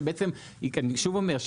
שוב אני אומר,